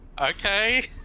Okay